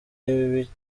ibice